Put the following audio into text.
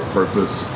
purpose